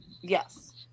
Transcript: yes